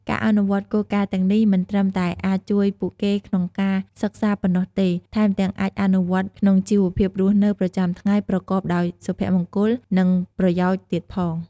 ការអនុវត្តគោលការណ៍ទាំងនេះ មិនត្រឹមតែអាចជួយពួកគេក្នុងការសិក្សាប៉ុណ្ណោះទេ ថែមទាំងអាចអនុវត្តក្នុងជីវភាពរស់នៅប្រចាំថ្ងៃប្រកបដោយសុភមង្គល និងប្រយោជន៍ទៀតផង។